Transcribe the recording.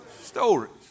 stories